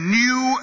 new